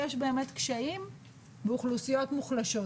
יש באמת קשיים באוכלוסיות מוחלשות,